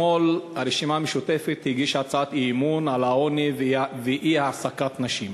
אתמול הרשימה המשותפת הגישה הצעת אי-אמון על העוני ואי-העסקת נשים